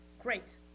great